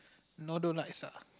Northern Lights ah